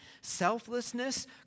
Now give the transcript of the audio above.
selflessness